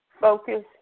focus